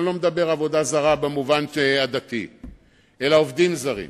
ואני לא מדבר על עבודה זרה במובן הדתי אלא על עובדים זרים.